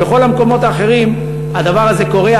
ובכל המקומות האחרים הדבר הזה קורה,